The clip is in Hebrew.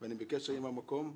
ואני בקשר עם המקום,